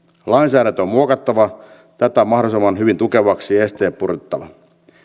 lainsäädäntö on muokattava tätä mahdollisimman hyvin tukevaksi ja esteet purettava